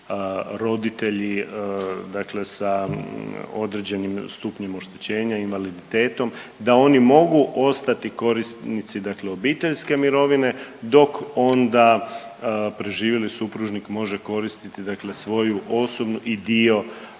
roditelji sa određenim stupnjem oštećenja invaliditetom da oni mogu ostati korisnici obiteljske mirovine dok onda preživjeli supružnik može koristiti svoju osobnu i dio